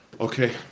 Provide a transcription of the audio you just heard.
Okay